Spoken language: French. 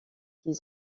qui